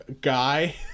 Guy